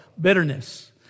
bitterness